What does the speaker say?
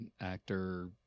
actor